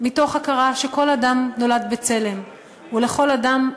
מתוך הכרה שכל אדם נולד בצלם ולכל אדם,